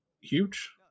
huge